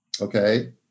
Okay